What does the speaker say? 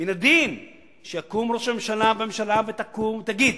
מן הדין שיקום ראש הממשלה והממשלה תקום ויגידו: